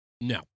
No